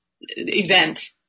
event